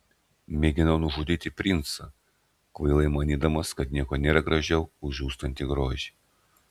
mėginau nužudyti princą kvailai manydamas kad nieko nėra gražiau už žūstantį grožį